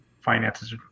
finances